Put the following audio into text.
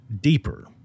deeper